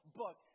book